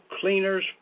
cleaners